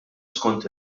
skont